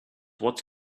what